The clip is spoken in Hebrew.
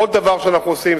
עוד דבר שאנחנו עושים,